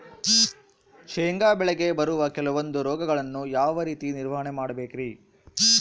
ಶೇಂಗಾ ಬೆಳೆಗೆ ಬರುವ ಕೆಲವೊಂದು ರೋಗಗಳನ್ನು ಯಾವ ರೇತಿ ನಿರ್ವಹಣೆ ಮಾಡಬೇಕ್ರಿ?